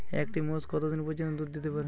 একটি মোষ কত দিন পর্যন্ত দুধ দিতে পারে?